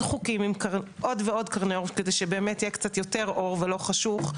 חוקים עם עוד ועוד קרני אור כדי שבאמת יהיה קצת יותר אור ולא חשוך.